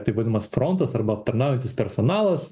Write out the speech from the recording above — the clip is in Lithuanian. taip vadinamas frontas arba aptarnaujantis personalas